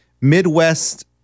Midwest